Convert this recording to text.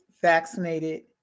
vaccinated